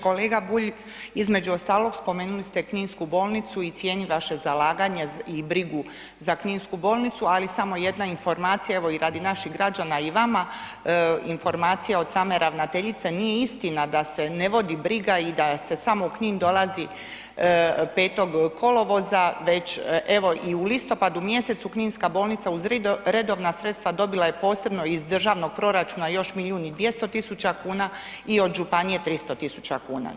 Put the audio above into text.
Kolega Bulj, između ostalog spomenuli ste kninsku bolnicu i cijenim vaše zalaganje i brigu za kninsku bolnicu ali samo jedna informacija evo i radi naših građana i nama, informacija od same ravnateljice, nije istina da se ne vodi briga i da se samo u Knin dolazi 5. kolovoza, već evo i u listopadu mjesecu kninska bolnica uz redovna sredstva dobila je posebno iz državnog proračuna još milijun i 200 tisuća kuna i od županije 300 tisuća kuna.